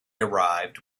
arrived